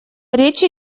речь